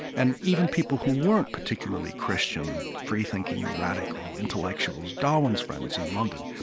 and even people who weren't particularly christian, freethinking, radical intellectuals, darwin's friends in london,